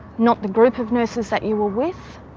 not the group of nurses that you were with.